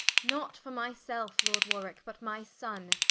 not for my selfe lord warwick, but my sonne,